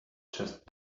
just